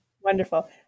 wonderful